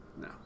No